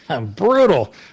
Brutal